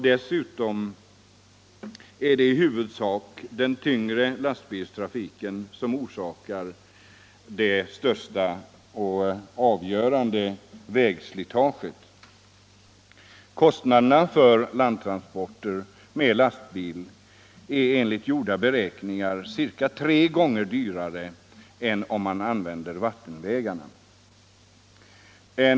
Dessutom är det huvudsakligen den tyngre lastbilstrafiken som orsakar det största och avgörande vägslitaget. Kostnaderna för transporter med lastbil är enligt gjorda beräkningar ca tre gånger högre än för transporter på vattenvägarna.